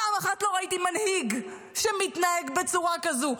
פעם אחת לא ראיתי מנהיג שמתנהג בצורה כזו,